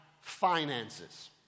finances